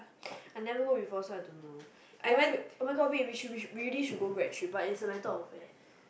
I never go before so I don't know ya oh my god babe we should we really should go grad trip but it's a matter of where